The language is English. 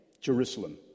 Jerusalem